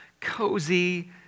cozy